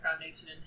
foundation